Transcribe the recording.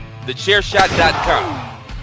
TheChairShot.com